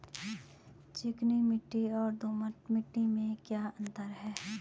चिकनी मिट्टी और दोमट मिट्टी में क्या अंतर है?